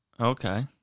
Okay